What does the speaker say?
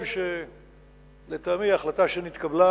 לטעמי, ההחלטה שנתקבלה,